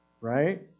Right